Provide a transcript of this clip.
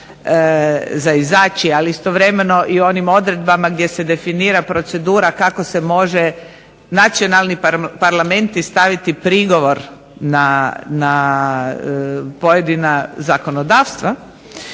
za izaći, ali istovremeno i onim odredbama gdje se definira procedura kako se može nacionalni parlamenti staviti prigovor na pojedina zakonodavstva,